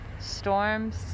storms